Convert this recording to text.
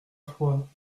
foi